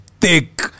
thick